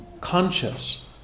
conscious